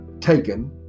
taken